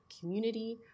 community